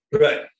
Right